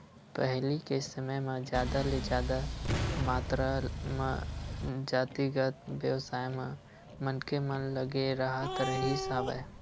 पहिली के समे म जादा ले जादा मातरा म जातिगत बेवसाय म मनखे मन लगे राहत रिहिस हवय